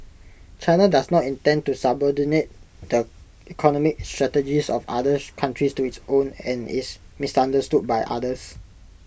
China does not intend to subordinate the economic strategies of others countries to its own and is misunderstood by others